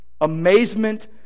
Amazement